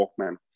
Walkman